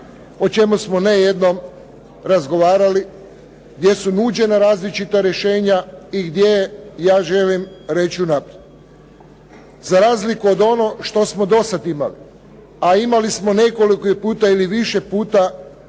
o čemu smo ne jednom razgovarali, gdje su nuđena različita rješenja i gdje ja želim reći unaprijed. Za razliku od onog što smo dosad imali, a imali smo nekoliko puta ili više puta